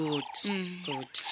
Good